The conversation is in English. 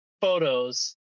photos